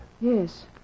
Yes